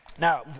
Now